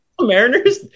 Mariners